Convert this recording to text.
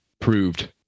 proved